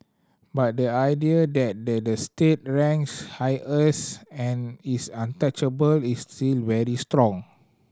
but the idea that the the state ranks highest and is untouchable is still very strong